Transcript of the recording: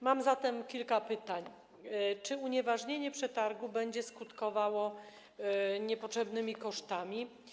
Mam zatem kilka pytań: Czy unieważnienie przetargu będzie skutkowało niepotrzebnymi kosztami?